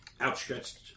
outstretched